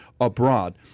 abroad